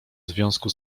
związku